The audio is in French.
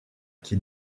qui